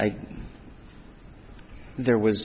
e there was